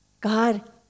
God